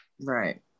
Right